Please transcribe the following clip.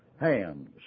hands